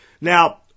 Now